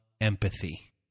empathy